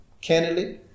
candidly